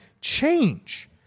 change